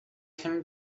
him